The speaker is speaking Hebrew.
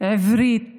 עברית